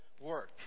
work